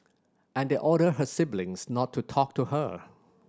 and they ordered her siblings not to talk to her